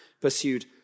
pursued